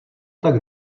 tak